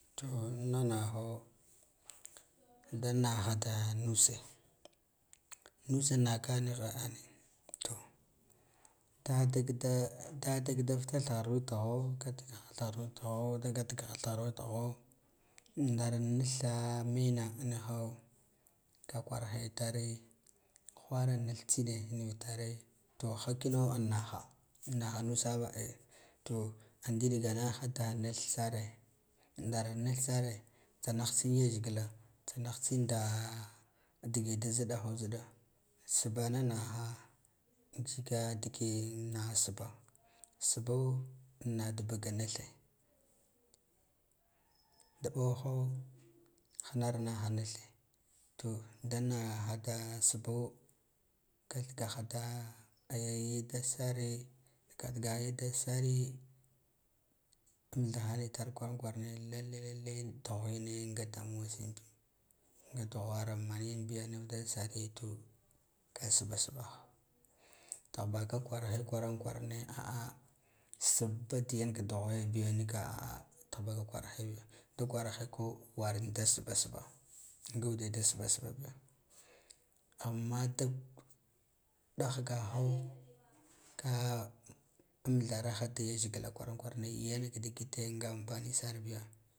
To nigha nigha ho dan naha da nuse nus naka nigha ane to dadik dadik da futa th nghar wetigho gatgaha thaghar witigho da gatga haghar witiho ndar nitha mena niha ka kwarhe itare whara nipu tsine m vitare te ha vino annaha naha nubaba ane to ndilga naha da nalu jare ndar nilu zare tsanah tsin yaz gila tsanah tsin da dige da zaɗaho zida sbana nighaha zika dige naha sba sbo in a da buga nithe da mɓoho hanarha nithe to da naha da sbo kath gaha da ehh ya dadd gare gadgaha ya dadda sare amɗha hana itar kwanan kwarane lalle lalle dughwene nga damuwa tsin bi nga dughwar man yen biya nuv dabb sare to ka sba sbaha tan baka kwaran kwarane ah ah sba diyan ka dughwe biga nila a tih baka kwarhe biya da kwaraheko war da sba sba nga ude da sba sba bi ammada ɗahgaho ka amɗharaba yazgila kwaran kwarane yanka digite nga an pani sar biya.